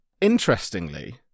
interestingly